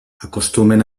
acostumen